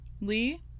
Lee